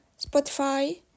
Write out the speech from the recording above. Spotify